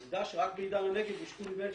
עובדה שרק בעידן הנגב השקיעו.